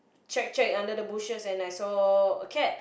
check check under the bushes and I saw a cat